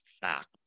fact